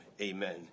Amen